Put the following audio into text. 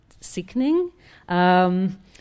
sickening